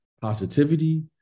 positivity